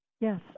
Yes